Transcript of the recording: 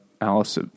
Alice